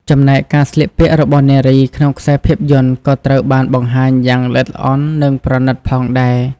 ចំណែកការស្លៀកពាក់របស់នារី ក្នុងខ្សែភាពយន្តក៏ត្រូវបានបង្ហាញយ៉ាងល្អិតល្អន់ និងប្រណីតផងដែរ។